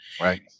right